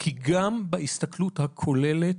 כי גם בהסתכלות הכוללת,